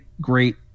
great